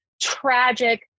tragic